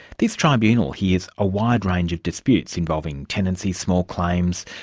this tribunal hears a wide range of disputes involving tenancy, small claims,